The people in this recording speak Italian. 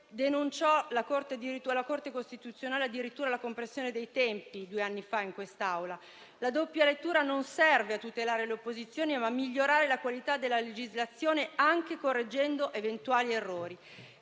denunciò alla Corte costituzionale la compressione dei tempi due anni fa in quest'Aula. La doppia lettura serve non a tutelare le opposizioni, ma a migliorare la qualità della legislazione, anche correggendo eventuali errori.